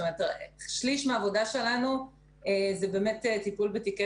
שליש מהעבודה שלנו זה באמת טיפול בתיקי